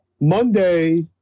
Monday